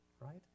right